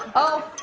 oh,